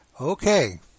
Okay